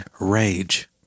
rage